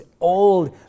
old